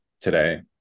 today